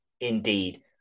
indeed